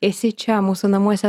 esi čia mūsų namuose